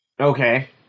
Okay